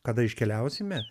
kada iškeliausime